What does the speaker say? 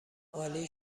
عالی